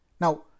now